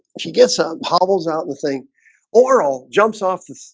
she gets some baubles out and thing aurel jumps off the